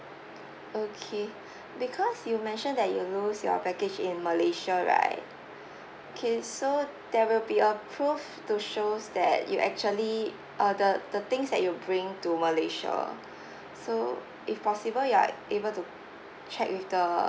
okay because you mentioned that you lose your baggage in malaysia right K so there will be a proof to shows that you actually or the the things that you bring to malaysia so if possible you are able to check with the